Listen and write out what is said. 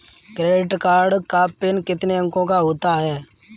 Credit card का PIN कितने अंकों का होता है?